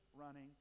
running